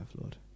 Lord